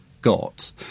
got